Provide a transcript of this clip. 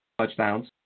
touchdowns